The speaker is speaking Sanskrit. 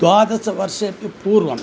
द्वादशवर्षेऽपि पूर्वम्